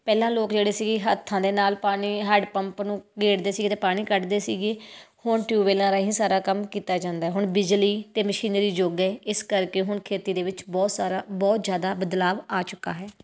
ਪਹਿਲਾਂ ਲੋਕ ਜਿਹੜੇ ਸੀਗੇ ਹੱਥਾਂ ਦੇ ਨਾਲ ਪਾਣੀ ਹੈਡ ਪੰਪ ਨੂੰ ਗੇੜਦੇ ਸੀਗੇ ਅਤੇ ਪਾਣੀ ਕੱਢਦੇ ਸੀਗੇ ਹੁਣ ਟਿਊਬਵੈਲਾਂ ਰਾਹੀਂ ਹੀ ਸਾਰਾ ਕੰਮ ਕੀਤਾ ਜਾਂਦਾ ਹੁਣ ਬਿਜਲੀ ਅਤੇ ਮਸ਼ੀਨਰੀ ਯੁੱਗ ਹੈ ਇਸ ਕਰਕੇ ਹੁਣ ਖੇਤੀ ਦੇ ਵਿੱਚ ਬਹੁਤ ਸਾਰਾ ਬਹੁਤ ਜ਼ਿਆਦਾ ਬਦਲਾਅ ਆ ਚੁੱਕਾ ਹੈ